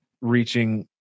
reaching